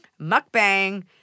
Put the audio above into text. mukbang